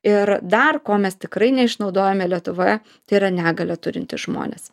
ir dar ko mes tikrai neišnaudojame lietuvoje tai yra negalią turintys žmonės